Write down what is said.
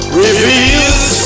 reveals